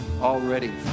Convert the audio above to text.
already